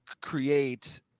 create